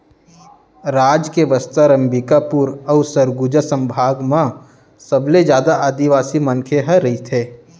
राज के बस्तर, अंबिकापुर अउ सरगुजा संभाग म सबले जादा आदिवासी मनखे ह रहिथे